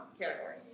category